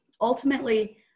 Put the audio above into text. ultimately